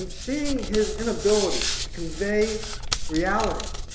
and seeing his inability to convey reality